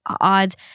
odds